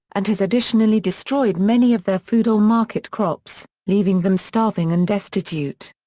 and has additionally destroyed many of their food or market crops, leaving them starving and destitute.